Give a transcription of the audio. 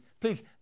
Please